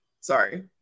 Sorry